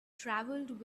travelled